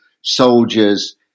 soldiers